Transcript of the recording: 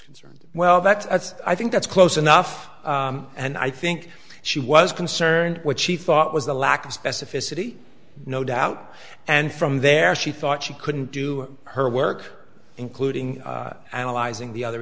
concern well that's as i think that's close enough and i think she was concerned what she thought was a lack of specificity no doubt and from there she thought she couldn't do her work including analyzing the other